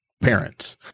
parents